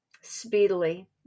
speedily